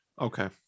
Okay